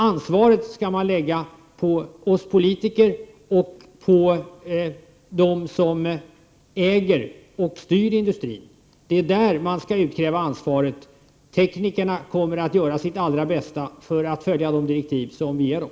Ansvaret skall läggas på oss politiker och på dem som äger och styr industrin. Där skall man utkräva ansvaret. Teknikerna gör sitt allra bästa för att följa de direktiv som vi ger dem.